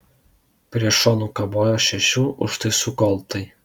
prie šonų kabojo šešių užtaisų koltai